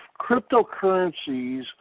cryptocurrencies